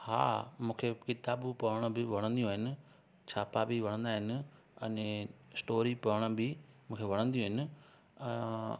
हा मूंखे किताबूं पढ़ण बि वणंदियूं आहिनि छापा बि वणंदा आहिनि अने स्टोरियूं पढ़ण बि मूंखे वणंदियूं आहिनि अ